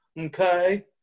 okay